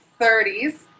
30s